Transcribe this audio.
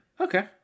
Okay